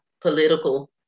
political